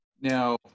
Now